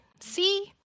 See